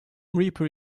reaper